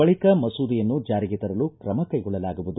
ಬಳಿಕ ಮಸೂದೆಯನ್ನು ಚಾರಿಗೆ ತರಲು ಕ್ರಮ ಕೈಗೊಳ್ಳಲಾಗುವುದು